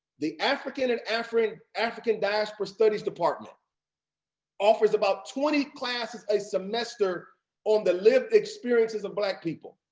the african and african african diaspora studies department offers about twenty classes a semester on the lived experiences of black people.